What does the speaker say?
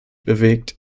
bewegt